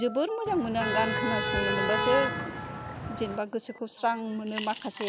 जोबोत मोजां मोनो आं गान खोनासंनो मोनबासो जेनबा गोसोखौ स्रां मोनो माखासे